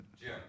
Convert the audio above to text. Jim